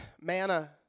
manna